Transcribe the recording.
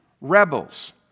rebels